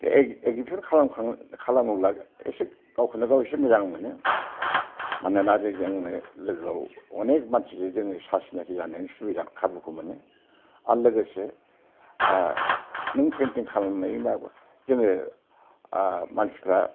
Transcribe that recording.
बे एकजिबिसन खालामखां खालामोब्ला एसे गावखौनो गाव एसे मोजां मोनो मानोना जोंनो लोगोआव अनेख मानसिजों जोङो सासनाखि जानो सुबिदा खाबुखौ मोनो आर लोगोसे नों पेनटिं खालामनायनि आवगय जोङो मानसिफ्रा